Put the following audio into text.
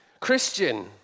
Christian